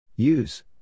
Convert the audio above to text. Use